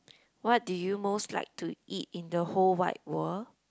what do you most like to eat in the whole wide world